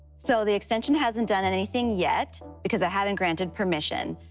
so the extension hasn't done and anything yet because i haven't granted permission.